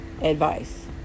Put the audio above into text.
advice